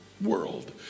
world